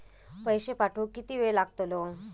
पैशे पाठवुक किती वेळ लागतलो?